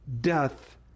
death